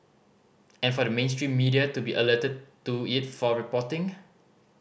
and for the mainstream media to be alerted to it for reporting